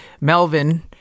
Melvin